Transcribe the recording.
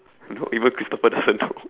no even christopher doesn't know